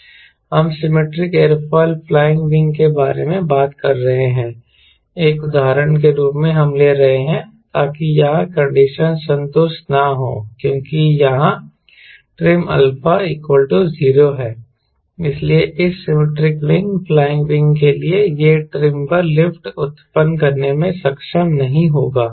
हम symmetric aerofoil flying wing के बारे में बात कर रहे हैं एक उदाहरण के रूप में हम ले रहे हैं ताकि यहां कंडीशन संतुष्ट न हो क्योंकि यहां ट्रिम α 0 है इसलिए इस सिमैट्रिक विंग फ्लाइंग विंग के लिए यह ट्रिम पर लिफ्ट उत्पन्न करने में सक्षम नहीं होगा